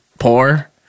poor